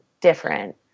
different